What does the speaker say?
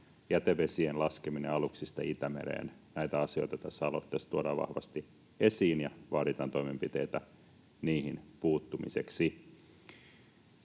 jätevesien laskeminen aluksista Itämereen, näitä asioita tässä aloitteessa tuodaan vahvasti esiin ja vaaditaan toimenpiteitä niihin puuttumiseksi.